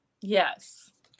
Yes